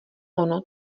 ono